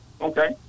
Okay